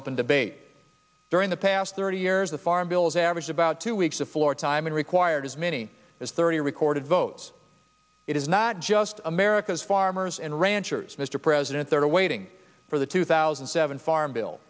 open debate during the past thirty years the farm bills average about two weeks of floor time and required as many as thirty recorded votes it is not just america's farmers and ranchers mr president there are waiting for the two thousand and seven farm bill